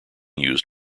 used